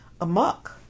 amok